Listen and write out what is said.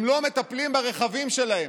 הם לא מטפלים ברכבים שלהם,